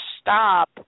stop